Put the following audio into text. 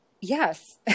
Yes